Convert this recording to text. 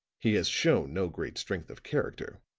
he has shown no great strength of character.